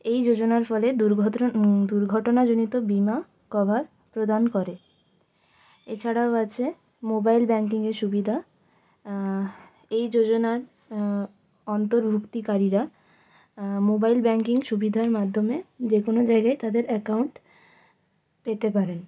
এই যোজনার ফলে দুর্ঘটনা দুর্ঘটনাজনিত বীমা কভার প্রদান করে এছাড়াও আছে মোবাইল ব্যাঙ্কিংয়ের সুবিধা এই যোজনার অন্তর্ভুক্তিকারীরা মোবাইল ব্যাঙ্কিং সুবিধার মাধ্যমে যেকোনো জায়গায় তাদের অ্যাকাউন্ট পেতে পারেন